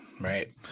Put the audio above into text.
Right